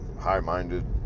high-minded